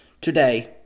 Today